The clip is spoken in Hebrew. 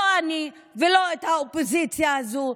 לא לי ולא לאופוזיציה הזו,